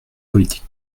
politiques